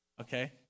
Okay